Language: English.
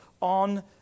on